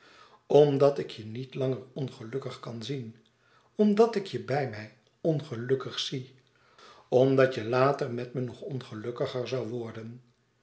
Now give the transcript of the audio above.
omdat ik je niet langer ongelukkig kan zien omdat ik je bij mij ongelukkig zie omdat je later met me nog ongelukkiger zoû worden